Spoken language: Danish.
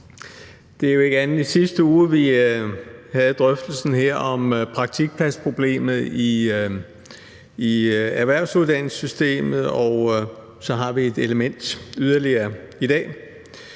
Det var jo ikke andet end i sidste uge, vi havde drøftelsen her om praktikpladsproblemet i erhvervsuddannelsessystemet, og i dag har vi så et element yderligere.